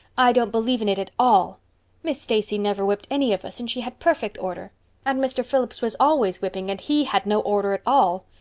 i don't believe in it at all miss stacy never whipped any of us and she had perfect order and mr. phillips was always whipping and he had no order at all.